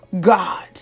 God